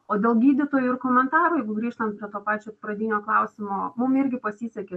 o dėl gydytojų ir komentarų jeigu grįžtant prie to pačio pradinio klausimo mum irgi pasisekė